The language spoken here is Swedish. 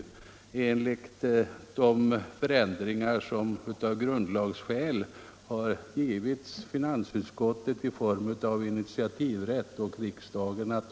I enlighet med de förändringar som företagits i grundlagen har finansutskottet fått initiativrätt.